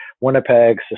Winnipeg